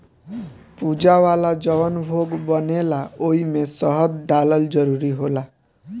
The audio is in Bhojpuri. पूजा वाला जवन भोग बनेला ओइमे शहद डालल जरूरी होला